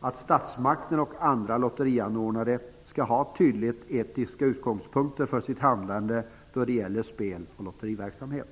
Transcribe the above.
att statsmakten och andra lotterianordnare skall ha tydliga etiska utgångspunkter för sitt handlande när det gäller spel och lotteriverksamhet.